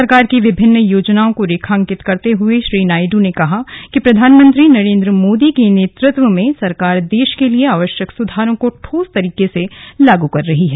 सरकार की विभिन्न योजनाओं को रेखाकित करते हुए श्री नायडू ने कहा कि प्रधानमंत्री नरेन्द्र मोदी के नेतृत्व में सरकार देश के लिए आवश्यक सुधारों को ठोस तरीके से लागू कर रही है